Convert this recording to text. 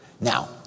Now